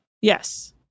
Yes